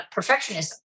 perfectionism